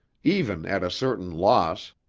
even at a certain loss,